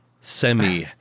semi